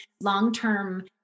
long-term